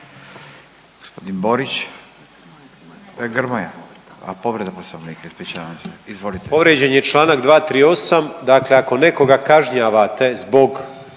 Povrijeđene je čl. 238., dakle ako nekoga kažnjavate zbog